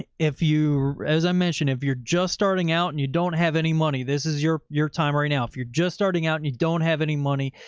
ah if you, as i mentioned, if you're just starting out and you don't have any money, this is your your time right now. if you're just starting out and you don't have any money,